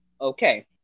okay